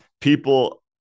people